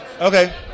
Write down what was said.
Okay